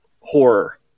horror